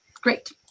great